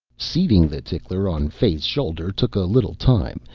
seating the tickler on fay's shoulder took a little time,